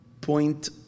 point